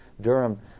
Durham